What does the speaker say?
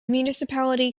municipality